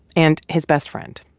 and his best friend,